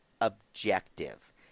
objective